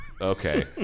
Okay